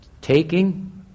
taking